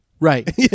Right